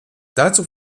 dazu